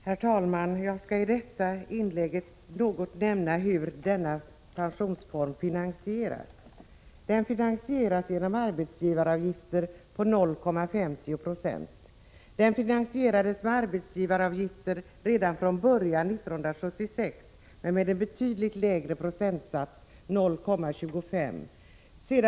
Herr talman! Jag skall i detta inlägg nämna något om hur denna pensionsform finansieras. Den finansieras genom arbetsgivaravgifter på 0,5 90. Den finansierades med arbetsgivaravgifter redan från början 1976, men då med en betydligt lägre procentsats — 0,25.